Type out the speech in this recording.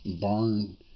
barn